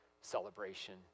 celebration